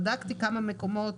בדקתי בכמה מקומות.